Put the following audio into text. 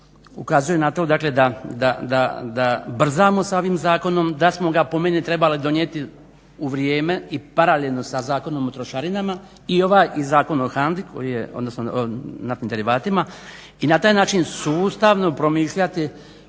ukazuje na to, dakle da brzamo sa ovim zakonom, da smo ga po meni trebali donijeti u vrijeme i paralelno sa Zakonom o trošarinama. I ovaj i Zakon o HANDA-i koji je, odnosno naftnim derivatima